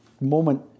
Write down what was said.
moment